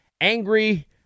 angry